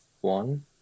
One